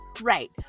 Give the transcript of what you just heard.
right